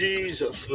Jesus